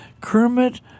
Kermit